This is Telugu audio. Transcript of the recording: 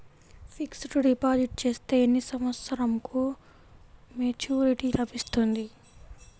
ఫిక్స్డ్ డిపాజిట్ చేస్తే ఎన్ని సంవత్సరంకు మెచూరిటీ లభిస్తుంది?